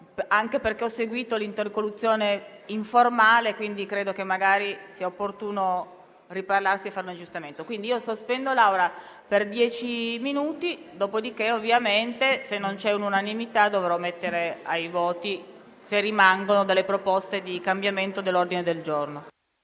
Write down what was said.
anche perché ho seguito l'interlocuzione informale e quindi credo che magari sia opportuno riparlarsi e fare un aggiustamento. Quindi, sospendo la seduta per dieci minuti, dopodiché, se non ci sarà l'unanimità, dovrò mettere ai voti, se rimangono, le proposte di modifica dell'ordine del giorno.